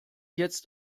jetzt